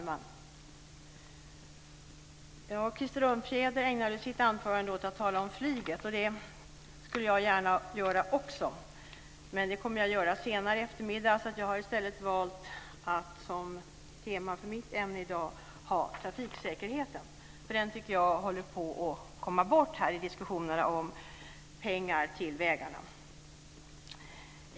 Fru talman! Krister Örnfjäder ägnade sitt anförande åt att tala om flyget. Det skulle jag också gärna göra, men det ska jag göra senare i eftermiddag. Jag har i stället valt som tema för mitt ämne i dag trafiksäkerheten. Den håller på att komma bort i diskussionerna om pengar till vägarna.